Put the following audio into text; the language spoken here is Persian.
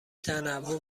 تنوع